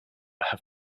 have